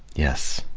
yes,